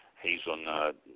hazelnut